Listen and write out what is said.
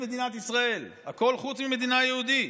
מדינת ישראל: הכול חוץ ממדינה יהודית,